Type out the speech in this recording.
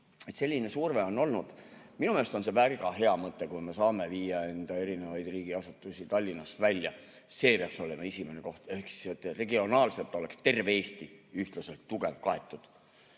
Selline surve on olnud. Minu meelest on see väga hea mõte, kui me saame viia erinevaid riigiasutusi Tallinnast välja. See peaks olema esimene [siht] ehk et regionaalselt oleks terve Eesti ühtlaselt tugevalt kaetud.